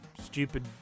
stupid